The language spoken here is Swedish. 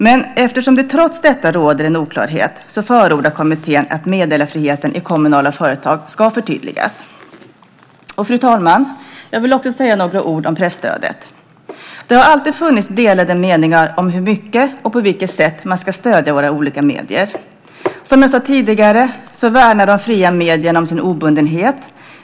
Men eftersom det trots detta råder en oklarhet förordar kommittén att meddelarfriheten i kommunala företag ska förtydligas. Fru talman! Jag vill också säga några ord om presstödet. Det har alltid funnits delade meningar om hur mycket och på vilket sätt man ska stödja våra olika medier. Som jag sade tidigare värnar de fria medierna om sin obundenhet.